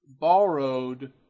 borrowed